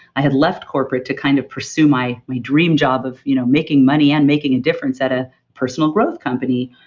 i had left corporate to kind of pursue my my dream job of you know making money and making a difference at a personal growth company.